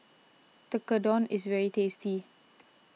Tekkadon is very tasty